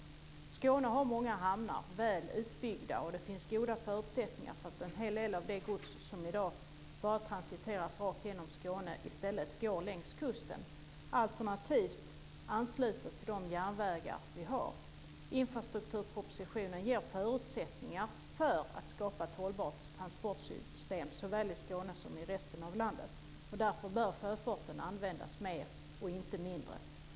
Skåne har många väl utbyggda hamnar. Det finns goda förutsättningar för en hel del av det gods som i dag bara transiteras rakt igenom Skåne att i stället gå längs kusten alternativt ansluta till de järnvägar vi har. Infrastrukturpropositionen ger förutsättningar för att skapa ett hållbart transportsystem såväl i Skåne som i resten av landet. Därför bör sjöfarten användas mer och inte mindre.